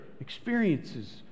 experiences